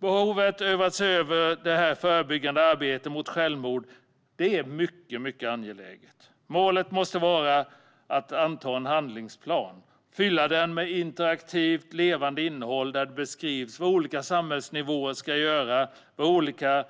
Behovet av att se över det förebyggande arbetet mot självmord är mycket, mycket angeläget. Målet måste vara att anta en handlingsplan och fylla den med interaktivt och levande innehåll där det beskrivs vad olika samhällsnivåer ska göra och vad